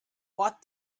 what